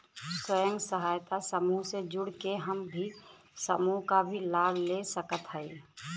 स्वयं सहायता समूह से जुड़ के हम भी समूह क लाभ ले सकत हई?